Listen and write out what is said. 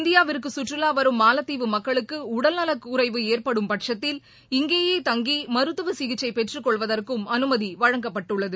இந்தியாவிற்கு சுற்றுவா வரும் மாலத்தீவு மக்களுக்கு உடல்நலக்குறைவு ஏற்படும் பட்சத்தில் இங்கேயே தங்கி மருத்துவ சிகிச்சை பெற்றுக் கொள்வதற்கும் அனுமதி வழங்கப்பட்டுள்ளது